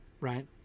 right